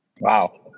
Wow